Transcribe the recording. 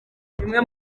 bimwe